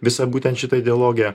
visą būtent šitą ideologiją